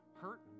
hurt